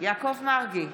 יעקב מרגי,